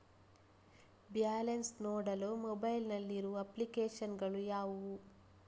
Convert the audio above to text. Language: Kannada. ಬ್ಯಾಲೆನ್ಸ್ ನೋಡಲು ಮೊಬೈಲ್ ನಲ್ಲಿ ಇರುವ ಅಪ್ಲಿಕೇಶನ್ ಗಳು ಯಾವುವು?